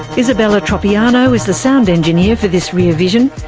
isabella tropiano is the sound engineer for this rear vision.